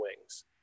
wings